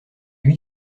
lui